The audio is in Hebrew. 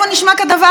מה זה, מאפיה?